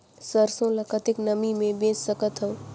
सरसो ल कतेक नमी मे बेच सकथव?